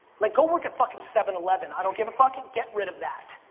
like go work at fucking seven eleven, i don't give a fuck. and get rid of that.